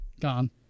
gone